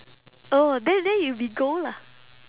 oh then then you be gold lah